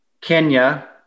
Kenya